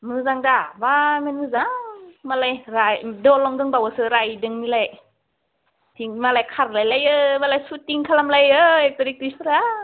मोजां दा बेसेबानो मोजां मालायफ्रा दलं दंबावोसो रायदोंनिलाय मालाय खारलायलायो मालाय शुटिं खालामलायो एक्टर एक्ट्रिसफोरा